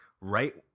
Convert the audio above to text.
right